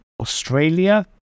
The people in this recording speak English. Australia